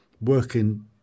working